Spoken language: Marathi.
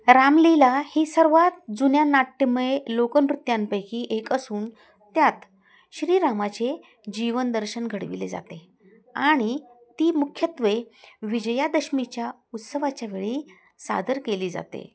रामलीला ही सर्वात जुन्या नाट्यमय लोकनृत्यांंपैकी एक असून त्यात श्रीरामाचे जीवनदर्शन घडविले जाते आणि ती मुख्यत्वे विजयादशमीच्या उत्सवाच्या वेळी सादर केली जाते